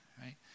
right